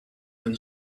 then